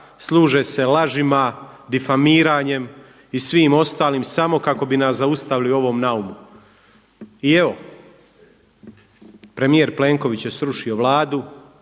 služe se lažima, difamiranjem i svim ostalim samo kako bi nas zaustavili u ovom naumu. I evo, premijer Plenković je srušio Vladu,